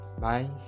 Bye